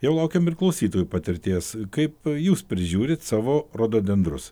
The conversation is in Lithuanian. jau laukiam ir klausytojų patirties kaip jūs prižiūrit savo rododendrus